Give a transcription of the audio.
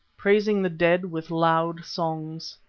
praising the dead with loud songs.